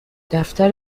دفتر